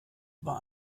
war